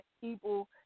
people